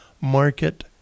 market